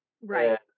Right